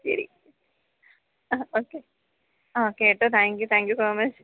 ശരി അ ഓക്കേ അ കേട്ടോ thank you thank you so much